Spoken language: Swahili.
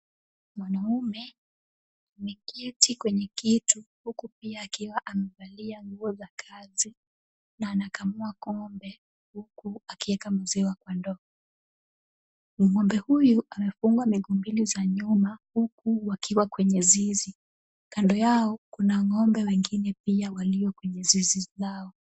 Mwanaume ameketi kwenye kitu huku pia akiwa amevalia nguo za kazi na anakamua ng'ombe huku akiweka maziwa kwa ndoo. Ng'ombe huyu amefungwa miguu mbili za nyuma huku wakiwa kwenye zizi. Kando yao kuna ng'ombe wengine pia walio kwenye zizi zao.